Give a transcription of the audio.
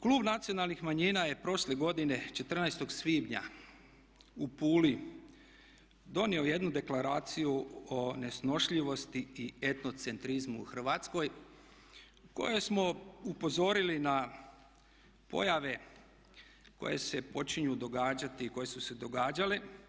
Klub Nacionalnih manjina je prošle godine 14. svibnja u Puli donio jednu Deklaraciju o nesnošljivosti i etnocentrizmu u Hrvatskoj u kojoj smo upozorili na pojave koje se počinju događati i koje su se događale.